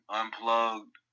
unplugged